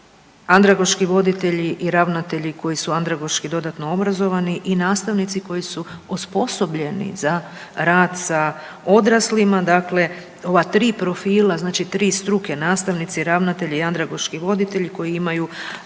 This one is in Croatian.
andragoški voditelji i ravnatelji koji su andragoški dodatno obrazovani i nastavnici koji su osposobljeni za rad sa odraslima. Dakle, ova 3 profila, tri struke, znači nastavnici, ravnatelji i andragoški voditelji koji imaju